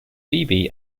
phoebe